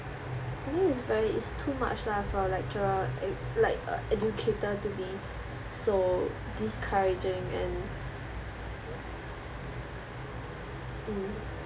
I think it's very it's too much lah for a lecturer uh like a educator to be so discouraging and mm